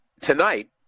Tonight